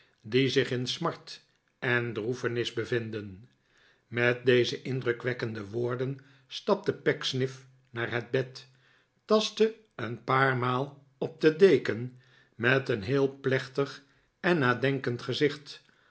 die zich in smart en droefenis bevinden met deze indrukwekkende woorden stapte pecksniff naar het bed tastte een paar maal op de deken met een heel plechtig en nadenkend gezicht